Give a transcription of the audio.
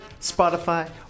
Spotify